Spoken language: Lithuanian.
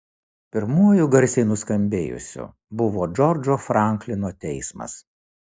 pirmuoju garsiai nuskambėjusiu buvo džordžo franklino teismas